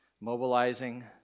mobilizing